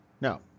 Now